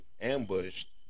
ambushed